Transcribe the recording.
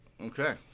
Okay